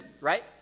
right